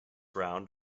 round